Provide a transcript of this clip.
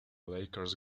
lakers